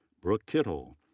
brooke kittle,